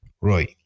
Roy